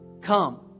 come